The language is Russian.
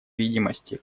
видимости